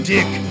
Dick